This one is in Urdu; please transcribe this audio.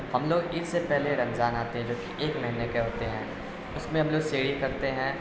ہم لوگ عید سے پہلے رمضان آتے ہیں جو کہ ایک مہینے کے ہوتے ہیں اس میں ہم لوگ سحری کرتے ہیں